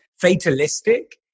fatalistic